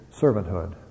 servanthood